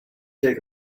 take